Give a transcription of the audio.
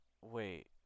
Wait